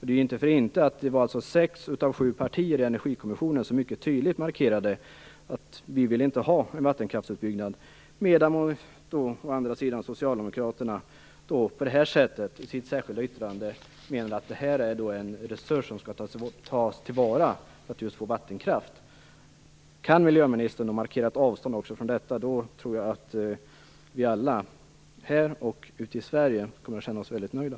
Det var inte för inte som sex av sju partier i energikommissionen mycket tydligt markerade att vi inte vill ha en vattenkraftsutbyggnad, medan socialdemokraterna på det här sättet, i sitt särskilda yttrande, menar att det här är en resurs som skall tas till vara så att vi får just vattenkraft. Kan miljöministern markera ett avstånd också från detta tror jag att vi alla här och ute i Sverige kommer att känna oss mycket nöjda.